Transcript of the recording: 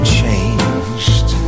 changed